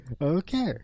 Okay